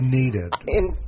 needed